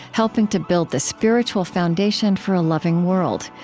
helping to build the spiritual foundation for a loving world.